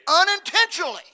Unintentionally